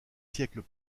siècles